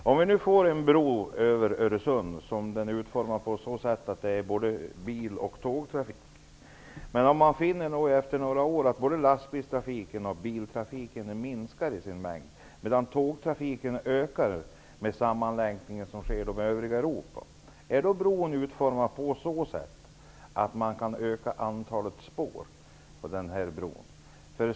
Fru talman! Jag vill ställa en fråga till kommunikationsminister Mats Odell. Om vi nu får en bro över Öresund, som är utformad för både bil och tågtrafik, och man efter några år finner att lastbils och bil-trafiken minskar i mängd medan tågtrafiken ökar, i och med sammanlänkningen med övriga Europa, är då bron utformad så att man kan utöka antalet järnvägsspår?